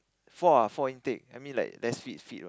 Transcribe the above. four ah four intake I mean like less feet feet what